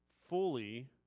fully